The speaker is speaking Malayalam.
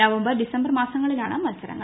നവംബർ ഡിസംബർ മാസ ങ്ങളിലാണ് മത്സരങ്ങൾ